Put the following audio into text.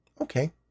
Okay